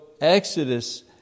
Exodus